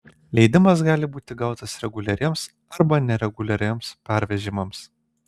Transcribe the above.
leidimas gali būti gautas reguliariems arba nereguliariems pervežimams